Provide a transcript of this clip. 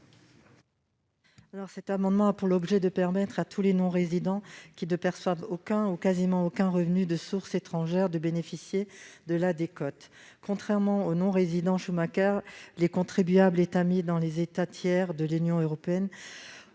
Cet amendement a pour objet de permettre à tous les non-résidents qui ne perçoivent aucun ou quasiment aucun revenu de source étrangère de bénéficier de la décote. Contrairement aux non-résidents Schumacker, les contribuables établis dans les États tiers de l'Union européenne,